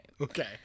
Okay